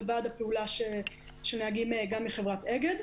וועד הפעולה של נהגים גם מחברת אגד.